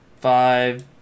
five